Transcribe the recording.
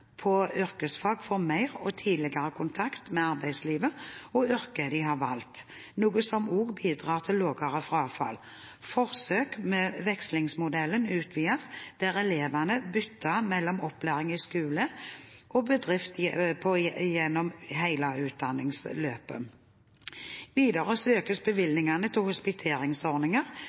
på yrkesfag får mer og tidligere kontakt med arbeidslivet og yrket de har valgt, noe som også bidrar til lavere frafall. Forsøk med vekslingsmodellen utvides, der elevene veksler mellom opplæring i skole og opplæring i bedrift gjennom hele utdanningsløpet. Videre økes